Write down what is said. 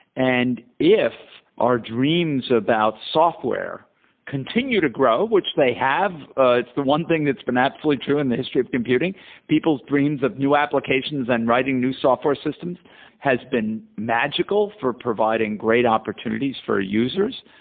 and if our dreams about software continue to grow, which they have, ah it's the one thing that's been absolutely true in the history of computing people's dreams of new applications and writing new software systems has been magical for providing great opportunities for users,